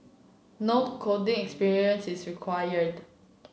no coding experience is required